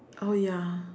oh ya